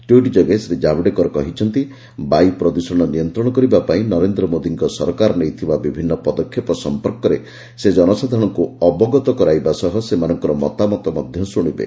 tweet ଯୋଗେ ଶ୍ରୀଜାବଡେକର୍ କହିଛନ୍ତିବାୟୁ ପ୍ରଦୃଷଣ ନିୟନ୍ତ୍ରଣ କରିବା ପାଇଁ ନରେନ୍ଦ୍ରମୋଦିଙ୍କ ସରକାର ନେଇଥିବା ବିଭନ୍ନ ପଦକ୍ଷେପ ସମ୍ପର୍କରେ ସେ ଜନସାଧାରଣଙ୍କୁ ଅବଗତ କରାଇବା ସହ ସେମାନଙ୍କର ମତାମତ ମଧ୍ୟ ଶୁଣିବେ